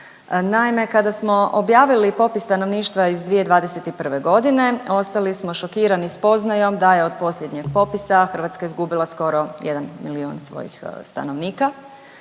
Naime, kada smo objavili popis stanovništva iz 2021. godine ostali smo šokirani spoznajom da je od posljednjeg popisa Hrvatska izgubila skoro jedan milijon svojih stanovnika.